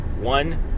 One